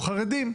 קלטנו חרדים,